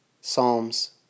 Psalms